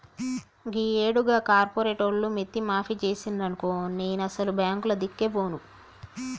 గీయేడు గా కార్పోరేటోళ్లు మిత్తి మాఫి జేసిండ్రనుకో నేనసలు బాంకులదిక్కే బోను